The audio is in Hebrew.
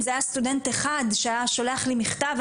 אם זה היה סטודנט אחד שהיה שולח לי מכתב,